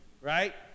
right